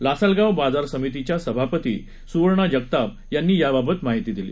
लासलगाव बाजार समितीच्या सभापती सुवर्णा जगताप यांनी याबाबत माहिती दिली